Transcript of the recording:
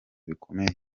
bikomeye